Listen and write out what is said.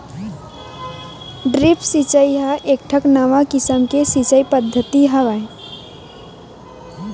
drip सिचई ह एकठन नवा किसम के सिचई पद्यति हवय